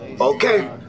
Okay